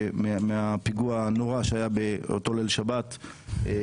מהפיגוע הנורא שהיה באותו ליל שבת,